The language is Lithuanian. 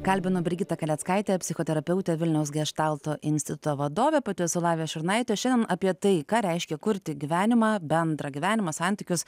kalbinu brigitą kaleckaitę psichoterapeutę vilniaus geštalto instituto vadovę pati esu lavija šurnaitė o šiandien apie tai ką reiškia kurti gyvenimą bendrą gyvenimą santykius